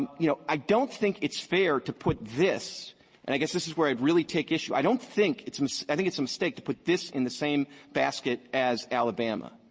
you know, i don't think it's fair to put this and i guess this is where i really take issue. i don't think it's i think it's a mistake to put this in the same basket as alabama.